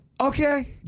Okay